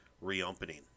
reopening